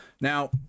Now